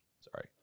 Sorry